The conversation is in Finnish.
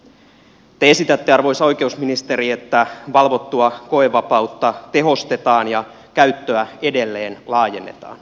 te esitätte arvoisa oikeusministeri että valvottua koevapautta tehostetaan ja käyttöä edelleen laajennetaan